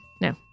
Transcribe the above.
No